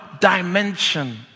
dimension